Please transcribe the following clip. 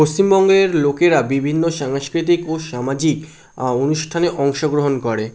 পশ্চিমবঙ্গের লোকেরা বিভিন্ন সাংস্কৃতিক ও সামাজিক অনুষ্ঠানে অংশগ্রহণ করে